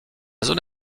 zone